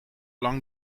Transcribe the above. lang